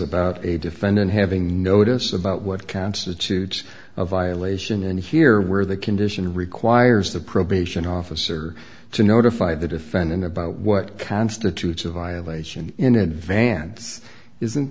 a defendant having notice about what constitutes a violation and here where the condition requires the probation officer to notify the defendant about what constitutes a violation in advance isn't